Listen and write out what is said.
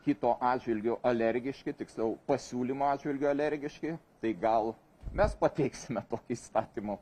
kito atžvilgiu alergiški tiksliau pasiūlymo atžvilgiu alergiški tai gal mes pateiksime tokį įstatymo